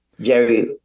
Jerry